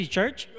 Church